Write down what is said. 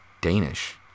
Danish